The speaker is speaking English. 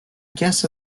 guess